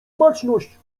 baczność